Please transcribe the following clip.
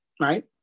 right